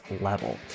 level